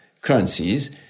currencies